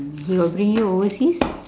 he got bring you overseas